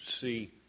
see